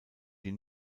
die